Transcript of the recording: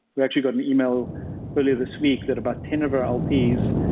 we actually got an email earlier this week that about ten of our lps,